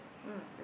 mm